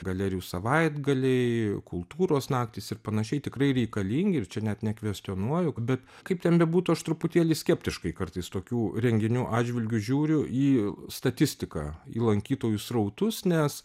galerijų savaitgaliai kultūros naktys ir panašiai tikrai reikalingi ir čia net nekvestionuoju bet kaip ten bebūtų aš truputėlį skeptiškai kartais tokių renginių atžvilgiu žiūriu į statistiką į lankytojų srautus nes